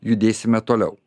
judėsime toliau